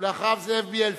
אחריו, זאב בילסקי.